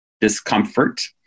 discomfort